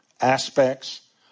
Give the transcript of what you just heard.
aspects